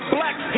Black